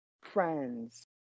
friends